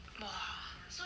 !wah!